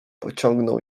pociągnął